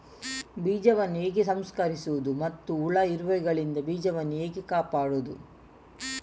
ಬೀಜವನ್ನು ಹೇಗೆ ಸಂಸ್ಕರಿಸುವುದು ಮತ್ತು ಹುಳ, ಇರುವೆಗಳಿಂದ ಬೀಜವನ್ನು ಹೇಗೆ ಕಾಪಾಡುವುದು?